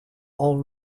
all